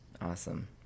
Awesome